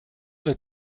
vas